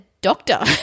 doctor